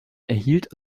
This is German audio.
erhielt